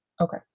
Okay